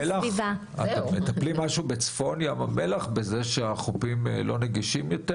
אתם מטפלים בכך שחופי ים המלח לא נגישים יותר?